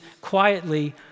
quietly